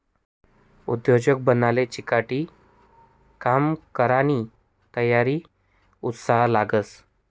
उद्योजक बनाले चिकाटी, काम करानी तयारी, उत्साह लागस